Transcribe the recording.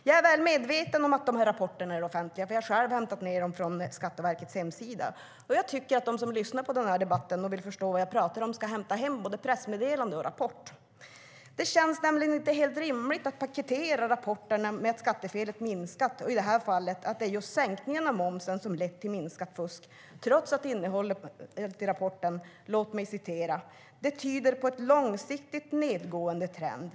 Jag är väl medveten om att rapporterna är offentliga, för jag har själv hämtat dem från Skatteverkets hemsida. Och jag tycker att de som lyssnar på debatten och vill förstå vad jag talar om ska hämta hem både pressmeddelande och rapport. Det känns nämligen inte helt rimligt att presentera rapporten med att skattefelet har minskat och att det - i det här fallet - är just sänkningen av momsen som har lett till minskat fusk. I rapporten står det nämligen: "Detta tyder således på en långsiktigt nedåtgående trend.